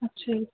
ਅੱਛਾ ਜੀ